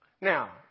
Now